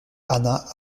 hannah